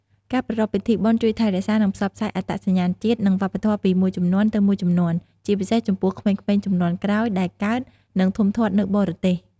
ការប្រារព្ធពិធីបុណ្យជួយថែរក្សា និងផ្សព្វផ្សាយអត្តសញ្ញាណជាតិ និងវប្បធម៌ពីមួយជំនាន់ទៅមួយជំនាន់ ជាពិសេសចំពោះក្មេងៗជំនាន់ក្រោយដែលកើត និងធំធាត់នៅបរទេស។